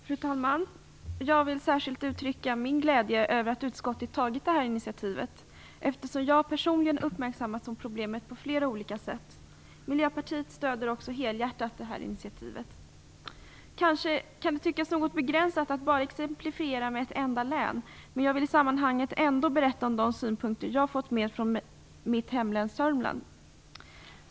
Herr talman! Jag vill särskilt uttrycka min glädje över att utskottet tagit detta initiativ, eftersom jag personligen på flera olika sätt uppmärksammats på problemet. Miljöpartiet stöder helhjärtat detta initiativ. Kanske kan det tyckas något begränsat att exemplifiera bara med ett enda län, men jag vill i sammanhanget ändå berätta om de synpunkter jag har fått med mig från mitt hemlän Södermanland.